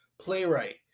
playwright